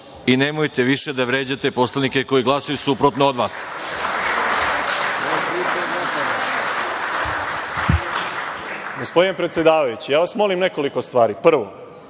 i nemojte više da vređate poslanike koji glasaju suprotno od vas.